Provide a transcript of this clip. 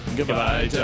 Goodbye